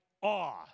awe